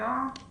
הנתון הזה